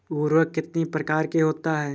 उर्वरक कितनी प्रकार के होता हैं?